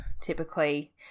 typically